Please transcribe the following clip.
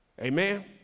Amen